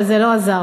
אבל זה לא עזר,